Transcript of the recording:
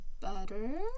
better